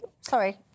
Sorry